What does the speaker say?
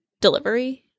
delivery